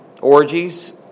orgies